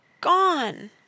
Gone